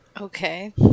Okay